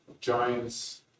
Giants